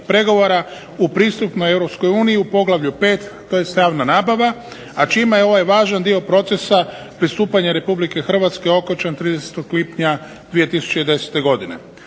pregovora u pristupnoj EU u Poglavlju 5. … /Govornik se ne razumije:/…, a čime je ovaj važan dio procesa pristupanja RH okončan 30. lipnja 2010. godine.